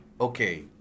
okay